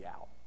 out